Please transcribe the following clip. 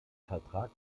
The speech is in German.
vertrag